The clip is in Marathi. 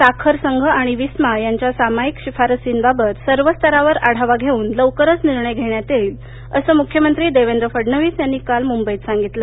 साखर संघ आणि विस्मा यांच्या सामाईक शिफारसींबाबत सर्व स्तरावर आढावा घेऊन लवकरच निर्णय घेण्यात येईल असं मुख्यमंत्री देवेंद्र फडणवीस यांनी काल मुंबईत सांगितलं